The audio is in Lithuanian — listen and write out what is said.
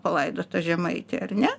palaidota žemaitė ar ne